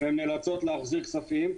והן נאלצות להחזיר כספים.